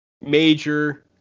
major